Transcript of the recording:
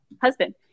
husband